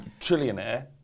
trillionaire